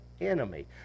enemy